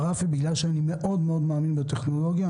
אני מאוד מאוד מאמין בטכנולוגיה,